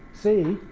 c.